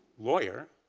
lawyer.